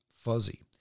fuzzy